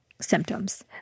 symptoms